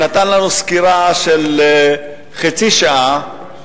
נתן לנו סקירה של חצי שעה,